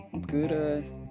good